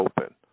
open